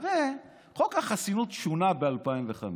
הרי חוק החסינות שונה ב-2005.